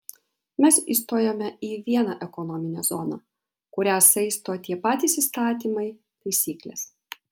mes įstojome į vieną ekonominę zoną kurią saisto tie patys įstatymai taisyklės